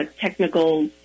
technical